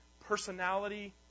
Personality